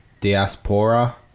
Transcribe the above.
Diaspora